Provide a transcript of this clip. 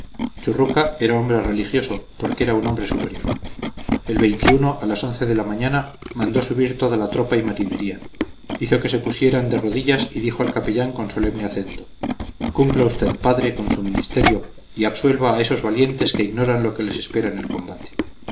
churruca era hombre religioso porque era un hombre superior el a las once de la mañana mandó subir toda la tropa y marinería hizo que se pusieran de rodillas y dijo al capellán con solemne acento cumpla usted padre con su ministerio y absuelva a esos valientes que ignoran lo que les espera en el combate